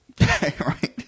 Right